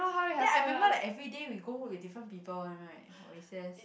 that I remember like everyday we go with different people one right recess